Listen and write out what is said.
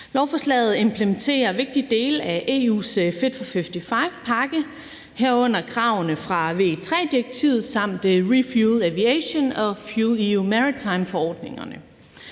Lovforslaget implementerer vigtige dele af EU's Fit for 55-pakke, herunder kravene fra VE III-direktivet samt ReFuelEU Aviation- og FuelEU Maritime-forordningerne.